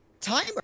timer